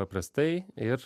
paprastai ir